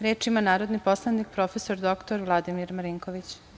Reč ima narodni poslanik prof. dr Vladimir Marinković.